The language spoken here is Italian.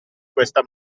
questa